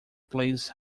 plays